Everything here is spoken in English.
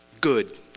good